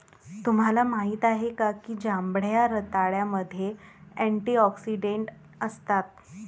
तुम्हाला माहित आहे का की जांभळ्या रताळ्यामध्ये अँटिऑक्सिडेंट असतात?